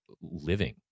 living